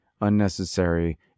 unnecessary